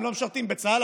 הם לא משרתים בצה"ל,